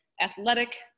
athletic